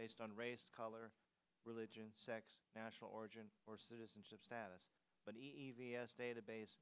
based on race color religion sex national origin or citizenship status but e e v s database